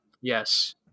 Yes